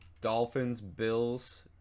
Dolphins-Bills